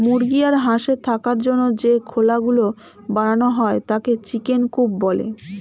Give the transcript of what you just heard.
মুরগি আর হাঁসের থাকার জন্য যে খোলা গুলো বানানো হয় তাকে চিকেন কূপ বলে